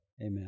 amen